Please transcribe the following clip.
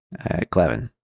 Clevin